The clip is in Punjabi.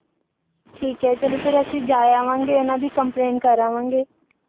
ਠੀਕ ਹੈ ਚਲੋ ਫੇਰ ਅਸੀਂ ਜਾ ਆਵਾਂਗੇ ਉਹਨਾਂ ਦੀ ਕੰਪਲੇਂਟ ਕਰ ਆਵਾਂਗੇ